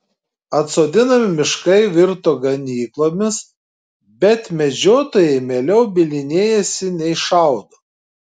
atsodinami miškai virto ganyklomis bet medžiotojai mieliau bylinėjasi nei šaudo